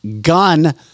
gun